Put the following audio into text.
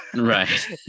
right